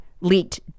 leaked